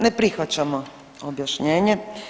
Ne prihvaćamo objašnjenje.